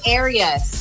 areas